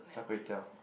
Char-Kway-Teow